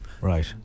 Right